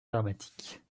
dramatiques